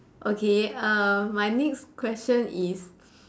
okay uh my next question is